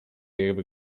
jakby